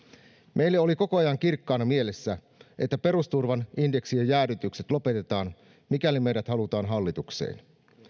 meille oli koko ajan kirkkaana mielessä että perusturvan indeksien jäädytykset lopetetaan mikäli meidät halutaan hallitukseen